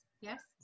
yes